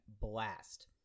blast